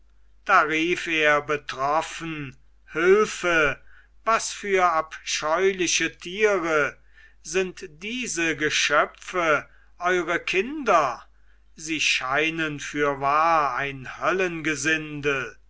da rief er betroffen hilfe was für abscheuliche tiere sind diese geschöpfe eure kinder sie scheinen fürwahr ein